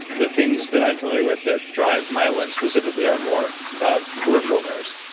the things that i'm familiar with that drive myelin specifically are more peripheral nerves.